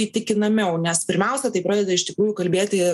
įtikinamiau nes pirmiausia tai pradeda iš tikrųjų kalbėti